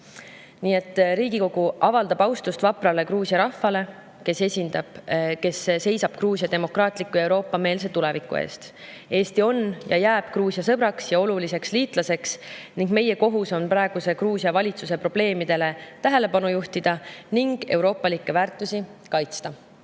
et Riigikogu avaldab austust vaprale Gruusia rahvale, kes seisab Gruusia demokraatliku Euroopa-meelse tuleviku eest. Eesti on ja jääb Gruusia sõbraks ja oluliseks liitlaseks ning meie kohus on Gruusia praeguse valitsuse probleemidele tähelepanu juhtida ja euroopalikke väärtusi kaitsta.